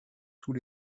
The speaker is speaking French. tous